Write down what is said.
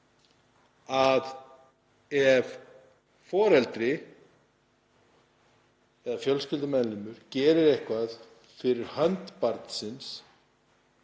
ef foreldri eða fjölskyldumeðlimur gerir eitthvað fyrir hönd barnsins,